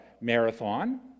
marathon